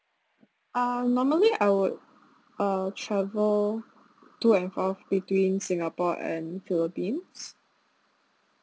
um normally I would uh travel to and fro between singapore and philippines